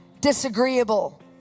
DISAGREEABLE